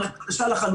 מערכת חדשה לחלוטין,